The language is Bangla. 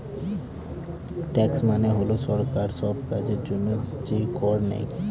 ট্যাক্স মানে হল সরকার সব কাজের জন্য যে কর নেয়